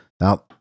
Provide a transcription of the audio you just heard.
Now